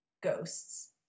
ghosts